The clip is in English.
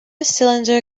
cylinder